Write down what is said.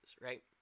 right